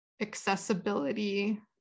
accessibility